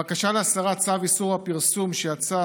הבקשה להסרת צו איסור הפרסום שיצא